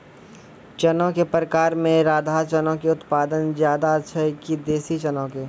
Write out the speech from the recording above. चना के प्रकार मे राधा चना के उत्पादन ज्यादा छै कि देसी चना के?